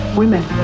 women